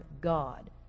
God